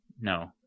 No